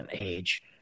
age